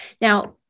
Now